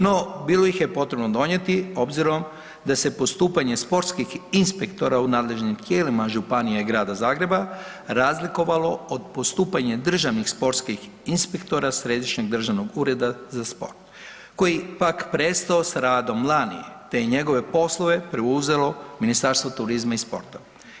No, bilo ih je potrebno donijeti obzirom da se postupanje sportskih inspektora u nadležnim tijelima županija i Grada Zagreba razlikovalo od postupanja državnih sportskih inspektora Središnjeg državnog ureda za sport koji je pak prestao s radom lani te je njegove poslove preuzelo Ministarstvo turizma i sporta.